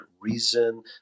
reason